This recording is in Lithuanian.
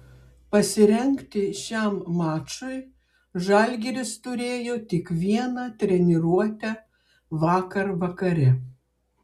pasirengti šiam mačui žalgiris turėjo tik vieną treniruotę vakar vakare